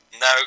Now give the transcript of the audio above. no